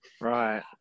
Right